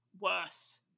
worse